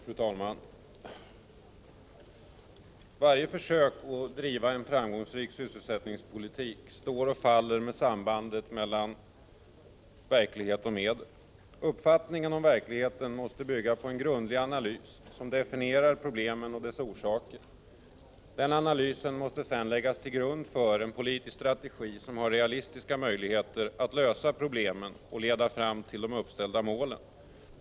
Fru talman! Varje försök att driva en framgångsrik sysselsättningspolitik står och faller med sambandet mellan verklighet och medel. Uppfattningen om verkligheten måste bygga på en grundlig analys som definierar problemen och deras orsaker. Analysen läggs sedan till grund för en politisk strategi som har realistiska möjligheter att lösa problemen och leda fram till de uppställda målen.